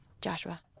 Joshua